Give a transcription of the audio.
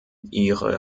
ihre